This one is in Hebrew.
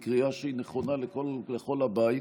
היא קריאה שהיא נכונה לכל הבית,